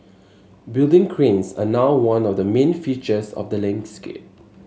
building cranes are now one of the main features of the landscape